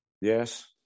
Yes